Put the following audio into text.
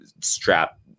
strap